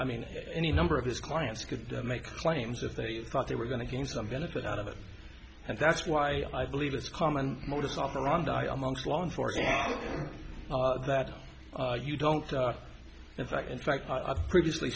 i mean any number of his clients could make claims if they thought they were going to gain some benefit out of it and that's why i believe it's common modus operandi amongst longed for it that you don't in fact in fact i've previously